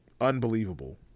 unbelievable